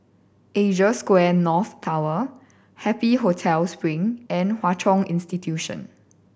Asia Square North Tower Happy Hotel Spring and Hwa Chong Institution